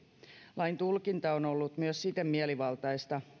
lain tulkinta on ollut myös siten mielivaltaista